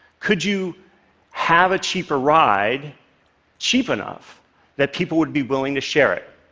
could you have a cheaper ride cheap enough that people would be willing to share it?